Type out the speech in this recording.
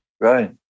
Right